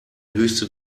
höchste